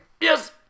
Yes